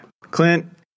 Clint